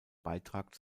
beitrag